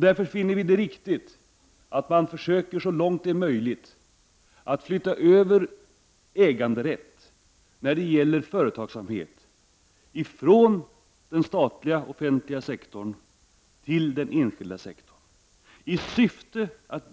Därför finner vi det viktigt att man så långt det är möjligt försöker att flytta över äganderätt när det gäller företagsamhet från den offentliga till den enskilda sektorn i syfte att